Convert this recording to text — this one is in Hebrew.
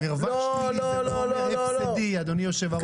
מרווח שלילי זה לא אומר הפסדי אדוני יושב הראש,